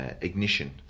ignition